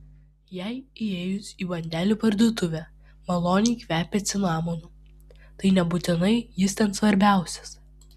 jei įėjus į bandelių parduotuvę maloniai kvepia cinamonu tai nebūtinai jis ten svarbiausias